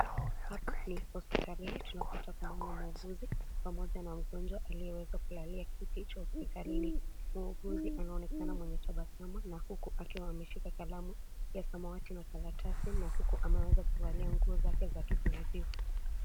Hapa ni hospitalini tunapata kumuona muuguzi pamoja na mgonjwa aliyeweza kulalia kiti cha hospitalini. Muuguzi anaonekana mwenye tabasamu na huku akiwa ameshika kalamu ya samawati na karatasi an huku ameweza kuvalia nguo zake za kijivujivu.